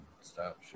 Stop